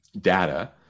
data